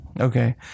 Okay